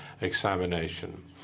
examination